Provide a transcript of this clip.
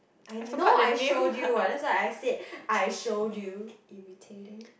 I know I showed you what that's why I said I showed you irritating